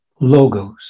logos